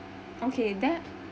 okay then